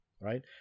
right